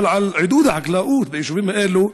אבל עידוד החקלאות ביישובים האלה,